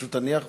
פשוט תניח וזהו.